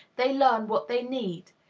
they learn what they need,